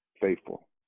faithful